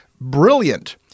brilliant